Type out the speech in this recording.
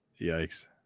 Yikes